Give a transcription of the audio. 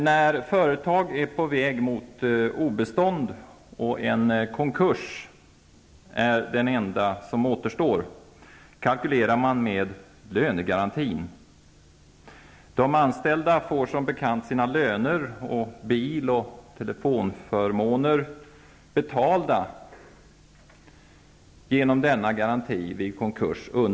När företag är på väg mot obestånd, och en konkurs är det enda som återstår, kalkylerar man med lönegarantin. Vid en konkurs får de anställda som bekant under sex månader sina löner och bil och telefonförmåner betalda genom denna garanti.